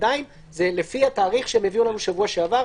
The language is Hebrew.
עדיין זה לפי התאריך שהם הביאו לנו שבוע שעבר,